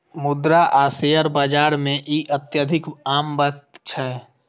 मुद्रा आ शेयर बाजार मे ई अत्यधिक आम बात छै